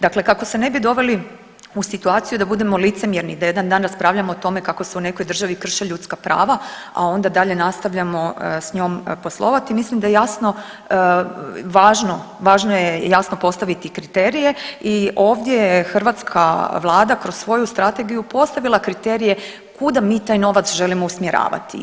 Dakle, kako se ne bi doveli u situaciju da budemo licemjerni da jedan dan raspravljamo o tome kako se u nekoj državi krše ljudska prava, a onda dalje nastavljamo s njom poslovati mislim da je jasno važno, važno je jasno postaviti kriterije i ovdje je hrvatska vlada kroz svoju strategiju postavila kriterije kuda mi taj novac želimo usmjeravati.